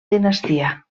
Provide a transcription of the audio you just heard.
dinastia